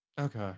Okay